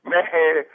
Man